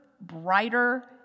brighter